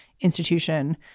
institution